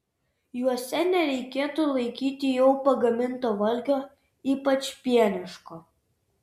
juose nereikėtų laikyti jau pagaminto valgio ypač pieniško